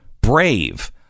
brave